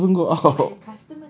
you hardly even go out